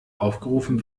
aufgerufen